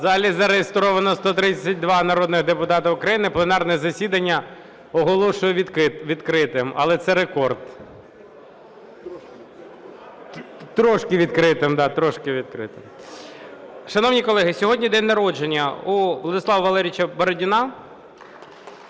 залі зареєстровано 132 народних депутати України. Пленарне засідання оголошую відкритим. Але це рекорд. Трошки відкритим, так, трошки відкритим. Шановні колеги, сьогодні день народження у Владислава Валерійовича Бородіна